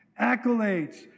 accolades